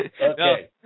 Okay